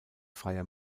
freier